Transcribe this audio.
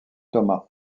thomas